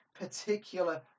particular